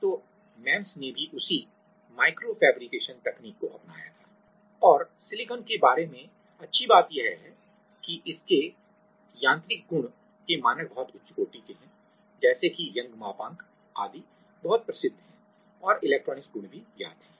तो एमईएमएस ने भी उसी माइक्रो फैब्रिकेशन तकनीक को अपनाया था और सिलिकॉन के बारे में अच्छी बात यह है कि इसके यांत्रिक गुण के मानक बहुत उच्च कोटि के हैं जैसे कि यंग मापांक Young's modulus आदि बहुत प्रसिद्ध हैं और इलेक्ट्रॉनिक्स गुण भी ज्ञात हैं